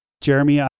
Jeremy